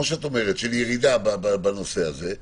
של ירידה בנושא הזה,